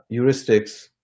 heuristics